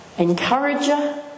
encourager